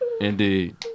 Indeed